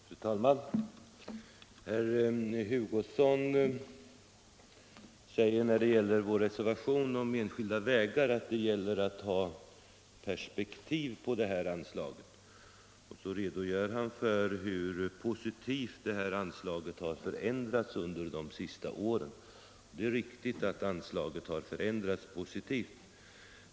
Fru talman! Herr Hugosson säger i fråga om vår reservation om anslaget till enskilda vägar att det gäller att ha perspektiv på detta anslag, och så redogör han för hur positivt anslaget har förändrats under de senaste åren. Det är riktigt att anslaget har förändrats positivt.